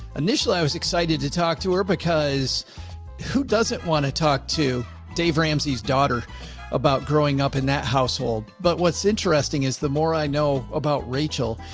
initially i was excited to talk to her because because who doesn't want to talk to dave ramsey's daughter about growing up in that household. but what's interesting is the more i know about rachel,